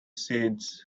seeds